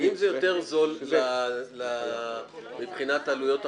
--- אם זה יותר זול מבחינת עלויות החובות,